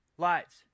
Lights